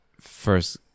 first